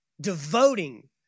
Devoting